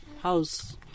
house